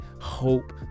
hope